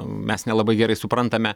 mes nelabai gerai suprantame